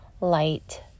light